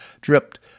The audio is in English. dripped